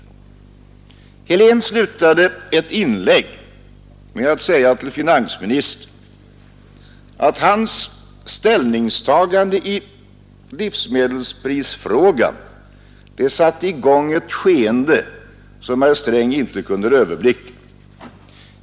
Herr Helén slutade ett inlägg med att säga att finansministerns ställningstagande i frågan om livsmedelspriserna satte i gång ett skeende som herr Sträng inte kunde överblicka.